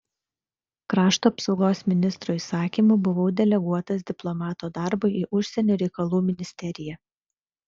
krašto apsaugos ministro įsakymu buvau deleguotas diplomato darbui į užsienio reikalų ministeriją